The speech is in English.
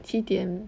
七点